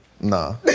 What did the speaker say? Nah